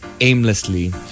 aimlessly